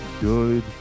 good